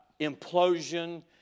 implosion